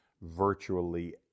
virtually